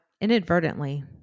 inadvertently